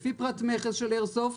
לפי פרט מכס של איירסופט,